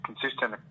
consistent